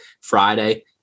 Friday